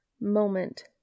moment